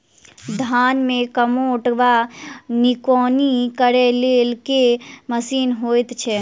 धान मे कमोट वा निकौनी करै लेल केँ मशीन होइ छै?